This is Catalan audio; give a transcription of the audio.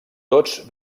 tots